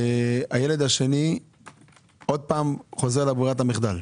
הילד השני שוב חוזר לברירת המחדל.